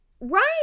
Right